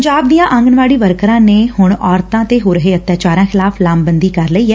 ਪੰਜਾਬ ਦੀਆਂ ਆਂਗਣਵਾਤੀ ਵਰਕਰਾਂ ਨੇ ਵੀ ਹੁਣ ਔਰਤਾਂ ਤੇ ਹੋ ਰਹੇ ਅਤਿਆਚਾਰਾਂ ਖਿਲਾਫ਼ ਲਾਮਬੰਦੀ ਕਰ ਲਈ ਏ